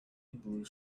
blue